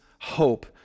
hope